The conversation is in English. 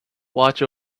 watch